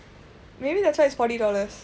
maybe that's why it's forty dollars